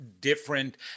different